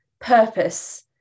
purpose